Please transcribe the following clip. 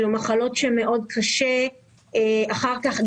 אלו מחלות שמאוד קשה אחר כך,